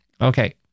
Okay